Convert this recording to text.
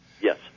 Yes